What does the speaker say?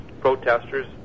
protesters